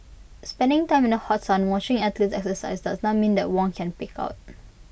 spending time in the hot sun watching athletes exercise does not mean that Wong can pig out